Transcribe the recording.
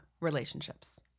relationships